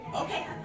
Okay